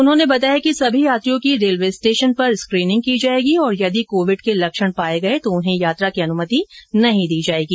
उन्होंने बताया कि सभी यात्रियों की रेलवे स्टेशन पर स्क्रीनिंग की जाएगी और यदि कोविड के लक्षण पाए गए तो उन्हें यात्रा की अनुमति नहीं दी जाएगी